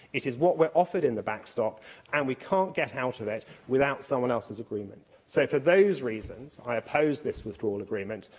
it is what we're offered in the backstop and we can't get out of it without someone else's agreement. so, for those reasons, i oppose this withdrawal agreement,